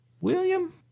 William